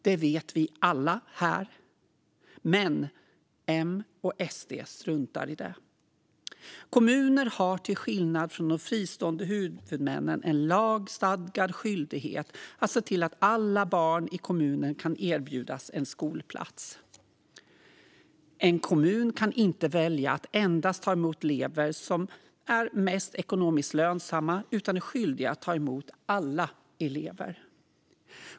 Det vet vi alla här, men Moderaterna och Sverigedemokraterna struntar i det. Kommuner har till skillnad från de fristående huvudmännen en lagstadgad skyldighet att se till att alla barn i kommunen kan erbjudas en skolplats. En kommun kan inte välja att endast ta emot de elever som är mest ekonomiskt lönsamma utan är skyldiga att ta emot alla elever.